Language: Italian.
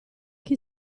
chi